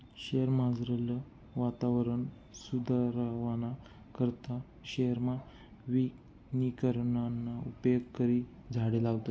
शयेरमझारलं वातावरण सुदरावाना करता शयेरमा वनीकरणना उपेग करी झाडें लावतस